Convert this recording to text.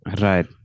Right